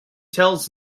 tells